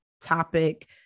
topic